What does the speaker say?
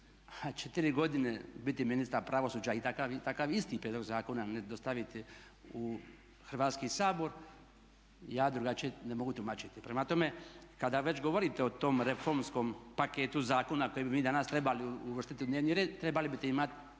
A 4 godine biti ministar pravosuđa i takav isti prijedlog zakona ne dostaviti u Hrvatski sabor ja drugačije ne mogu tumačiti. Prema tome, kada već govorite o tom reformskom paketu zakona koje bi mi danas trebali uvrstiti u dnevni red trebali biste imati